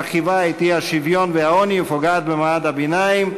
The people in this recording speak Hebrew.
מרחיבה את האי-שוויון והעוני ופוגעת במעמד הביניים.